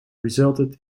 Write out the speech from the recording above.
resulted